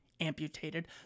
amputated